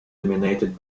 dominated